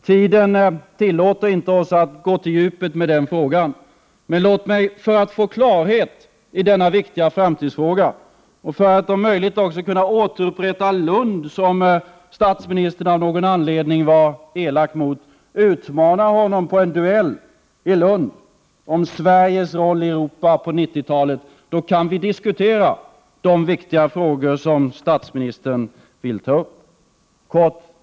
Tiden tillåter oss inte att nu gå på djupet med den frågan, men låt mig för att få klarhet i denna viktiga framtidsfråga och för att om möjligt också kunna återupprätta Lund, som statsministern av någon anledning var elak mot, utmana honom på en duell i Lund om Sveriges roll i Europa på 1990-talet. Där kan vi diskutera de viktiga frågor som statsministern vill ta upp.